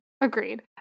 Agreed